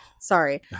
sorry